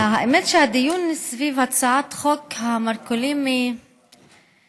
האמת היא שהדיון סביב הצעת חוק המרכולים מעניין,